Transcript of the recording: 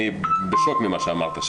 אני בשוק ממה שאמרת,